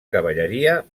cavalleria